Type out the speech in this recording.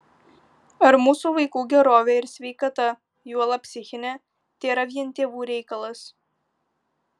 ar mūsų vaikų gerovė ir sveikata juolab psichinė tėra vien tėvų reikalas